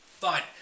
Fine